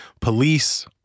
police